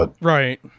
Right